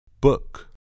Book